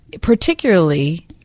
particularly